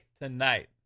tonight